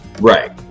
Right